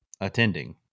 attending